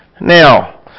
Now